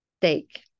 steak